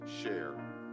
share